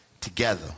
together